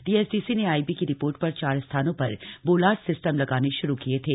THDC ने IB की report पर चार स्थानों पर बोलार्ड सिस्टम लगाने शुरू किए थे